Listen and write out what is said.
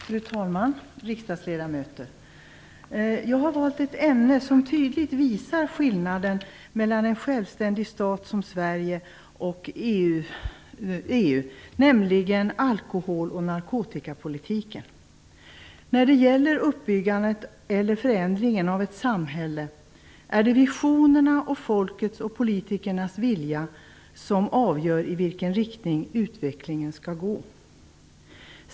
Fru talman! Riksdagsledamöter! Jag har valt ett ämne som tydligt visar skillnaden mellan en självständig stat som Sverige och EU, nämligen alkohol och narkotikapolitiken. När det gäller uppbyggandet eller förändringen av ett samhälle är det visionerna samt folkets och politikernas vilja som avgör i vilken riktning utvecklingen skall gå.